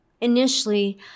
initially